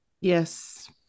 Yes